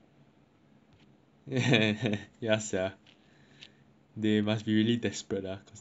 ya sia they must be really desperate ah cause no one